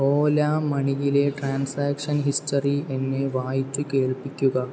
ഓല മണിയിലെ transaction history എന്നെ വായിച്ചു കേൾപ്പിക്കുക